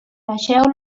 deixeu